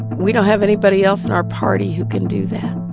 we don't have anybody else in our party who can do that